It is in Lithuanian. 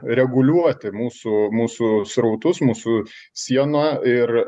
reguliuoti mūsų mūsų srautus mūsų sieną ir